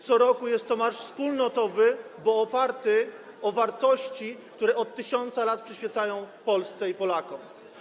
Co roku jest to marsz wspólnotowy, bo oparty na wartościach, które od 1000 lat przyświecają Polsce i Polakom.